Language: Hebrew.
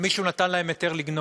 כי מישהו נתן להן היתר לגנוב,